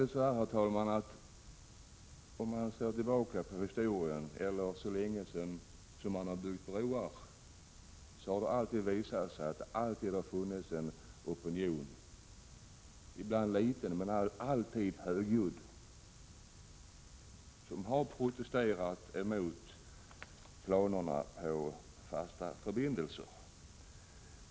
Om man, herr talman, ser tillbaka på historien visar det sig att det så länge broar har byggts alltid funnits en opinion, ibland liten men alltid högljudd, mot planerna på fasta förbindelser.